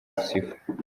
gusifura